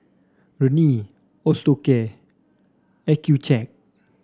Rene Osteocare Accucheck